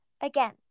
Again